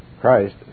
Christ